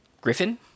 griffin